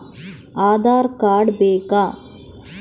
Aadhaar card ಬೇಕಾ?